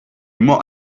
more